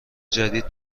جدید